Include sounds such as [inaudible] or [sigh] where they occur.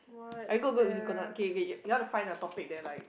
[noise] are you go go gonna K K you wanna find a topic that like